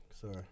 sorry